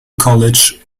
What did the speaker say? college